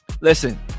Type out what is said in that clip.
Listen